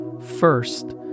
first